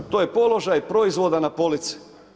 To je položaj proizvoda na polici.